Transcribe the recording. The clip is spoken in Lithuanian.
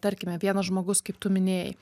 tarkime vienas žmogus kaip tu minėjai